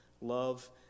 love